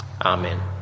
Amen